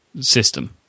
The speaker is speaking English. system